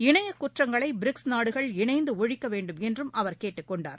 இணையக் குற்றங்களை பிரிக்ஸ் நாடுகள் இணைந்து ஒழிக்க வேண்டும் என்றும் அவர் கேட்டுக்கொண்டார்